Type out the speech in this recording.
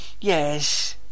Yes